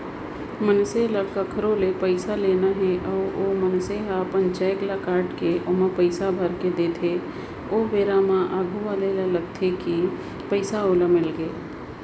मनसे ल कखरो ले पइसा लेना हे अउ ओ मनसे ह अपन चेक ल काटके ओमा पइसा भरके देथे ओ बेरा म आघू वाले ल लगथे कि पइसा ओला मिलगे